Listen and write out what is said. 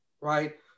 right